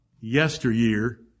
yesteryear